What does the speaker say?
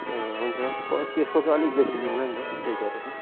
ए हुन्छ त्यसको चाहिँ अलिक बेसी दिउँला नि त दुई चार रुपियाँ